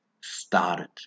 Started